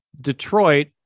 Detroit